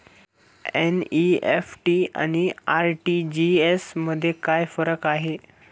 NEFT आणि RTGS मध्ये काय फरक आहे?